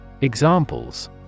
Examples